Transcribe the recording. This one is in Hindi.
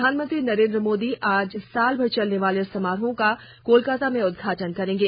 प्रधानमंत्री नरेन्द्र मोदी आज साल भर चलने वाले समारोहों का कोलकाता में उद्घाटन करेंगे